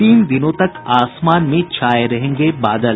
तीन दिनों तक आसमान में छाये रहेंगे बादल